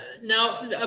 Now